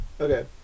Okay